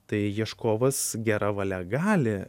tai ieškovas gera valia gali